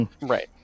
Right